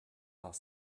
are